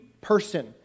person